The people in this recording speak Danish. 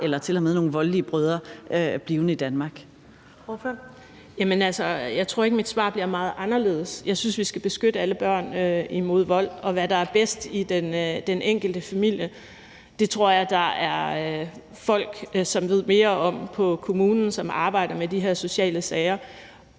Kl. 10:46 Karina Lorentzen Dehnhardt (SF): Jeg tror ikke, at mit svar bliver meget anderledes. Jeg synes, at vi skal beskytte alle børn mod vold, og hvad der er bedst i den enkelte familie, tror jeg der er folk som ved mere om på kommunen, hvor de arbejder med de her sociale sager.